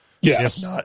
Yes